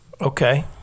Okay